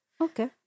Okay